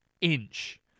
inch